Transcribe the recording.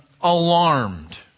alarmed